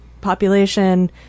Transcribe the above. population